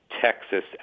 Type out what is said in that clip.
Texas